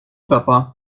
papa